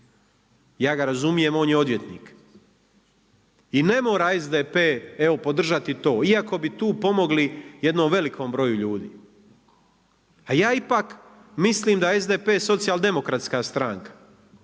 Ja ga razumijem, on je odvjetnik. I ne mora SDP evo podržati to, iako bi tu pomogli jednom velikom broju ljudi. A ja ipak mislim da je SDP Socijaldemokratska stranka,